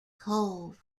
cove